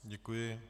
Děkuji.